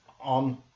on